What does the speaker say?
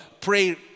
pray